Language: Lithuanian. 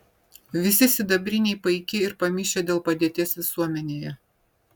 visi sidabriniai paiki ir pamišę dėl padėties visuomenėje